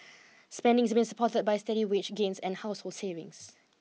spending is being supported by steady wage gains and household savings